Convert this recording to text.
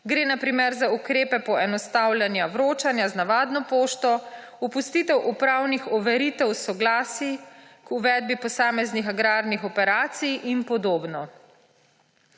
Gre na primer za ukrepe poenostavljanja vročanja z navadno pošto, opustitev upravnih overitev soglasij k uvedbi posameznih agrarnih operacij in podobno.